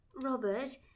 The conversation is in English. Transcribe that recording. Robert